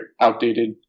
outdated